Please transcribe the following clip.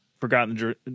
forgotten